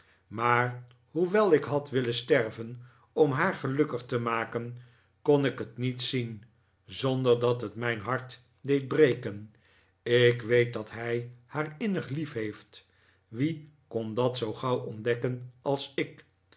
maar hoewel ik had willen sterven om haar gelukkig te maken kon ik het niet zien zonder dat het mij mijn hart deed breken ik weet dat hij haar innig liefheeft wie kon dat zoo gauw ontdekken als ik